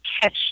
catch